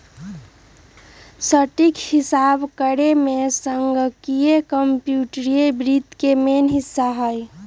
सटीक हिसाब करेमे संगणकीय कंप्यूटरी वित्त के मेन हिस्सा हइ